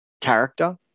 character